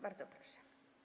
Bardzo proszę.